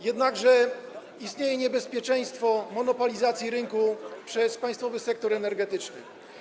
Jednakże istnieje niebezpieczeństwo monopolizacji rynku przez państwowy sektor energetyczny.